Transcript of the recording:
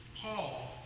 Paul